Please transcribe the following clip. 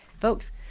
folks